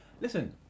Listen